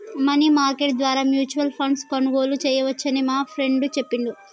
money market ద్వారా mutual ఫండ్ను కొనుగోలు చేయవచ్చని మా ఫ్రెండు చెప్పిండు